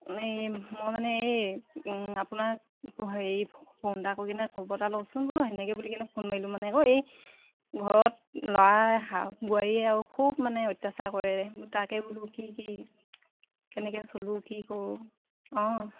এই মই মানে এই আপোনাক হেৰি ফোন এটা কৰি কিনে খবৰ এটা লওকচোন বোলো সেনেকৈ বুলি কিনে ফোন মাৰিলোঁ মানে আকৌ এই ঘৰত ল'ৰাই শাহু বোৱাৰীয়ে আৰু খুব মানে অত্যাচাৰ কৰে তাকে বোলো কি কি কেনেকেৈ চলোঁ কি কৰোঁ অঁ